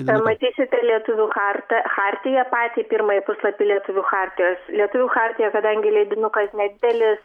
matysite lietuvių chartą chartiją patį pirmąjį puslapį lietuvių chartijos lietuvių chartija kadangi leidinukas nedidelis